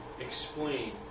explain